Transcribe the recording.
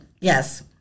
Yes